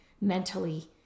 mentally